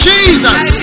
Jesus